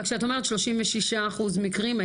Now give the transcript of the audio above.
אבל כשאת אומרת 36 אחוז מקרים,